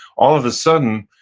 all of a sudden,